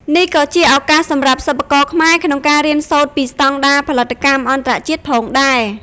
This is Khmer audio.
នេះក៏ជាឱកាសសម្រាប់សិប្បករខ្មែរក្នុងការរៀនសូត្រពីស្តង់ដារផលិតកម្មអន្តរជាតិផងដែរ។